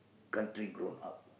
country grown up